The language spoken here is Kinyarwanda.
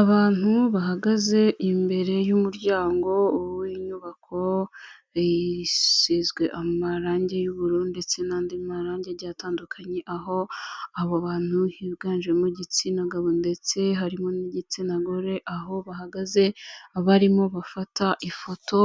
Abantu bahagaze imbere y'umuryango w'inyubako isizwe amarangi y'ubururu ndetse n'andi marangi agiye atandukanye, aho abo bantu higanjemo igitsina gabo ndetse harimo n'igitsina gore, aho bahagaze barimo bafata ifoto,